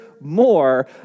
more